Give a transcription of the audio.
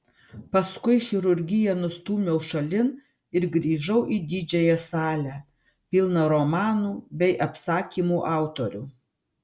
paskui chirurgiją nustūmiau šalin ir grįžau į didžiąją salę pilną romanų bei apsakymų autorių